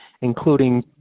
including